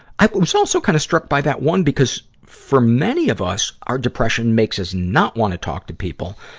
i was also kind of struck by that one because, for many of us, our depression makes us not wanna talk to people.